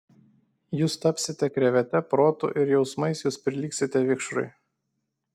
jūs tapsite krevete protu ir jausmais jūs prilygsite vikšrui